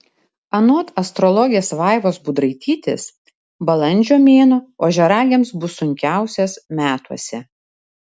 anot astrologės vaivos budraitytės balandžio mėnuo ožiaragiams bus sunkiausias metuose